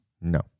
No